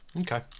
Okay